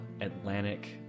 atlantic